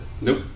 Nope